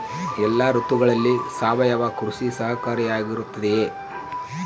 ಎಲ್ಲ ಋತುಗಳಲ್ಲಿ ಸಾವಯವ ಕೃಷಿ ಸಹಕಾರಿಯಾಗಿರುತ್ತದೆಯೇ?